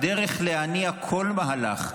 הדרך להניע כל מהלך,